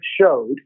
showed